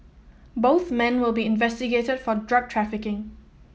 both men will be investigated for drug trafficking